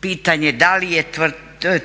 pitanje da li je